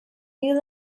you